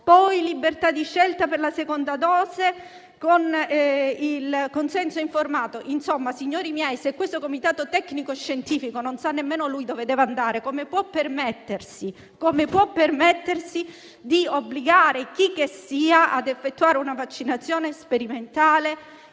poi libertà di scelta per la seconda dose, con il consenso informato. Insomma, signori miei, se questo Comitato tecnico-scientifico non sa dove deve andare, come può permettersi di obbligare chicchessia ad effettuare una vaccinazione sperimentale